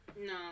No